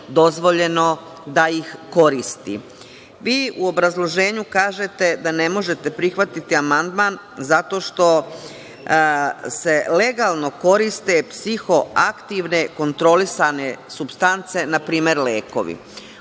dozvoljeno da ih koristi. Vi u obrazloženju kažete da ne možete da prihvatite amandman zato što se legalno koriste psihoaktivne kontrolisane supstance, npr. lekovi.